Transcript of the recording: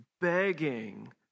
begging